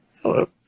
hello